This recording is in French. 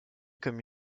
comme